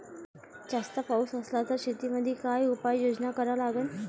जास्त पाऊस असला त शेतीमंदी काय उपाययोजना करा लागन?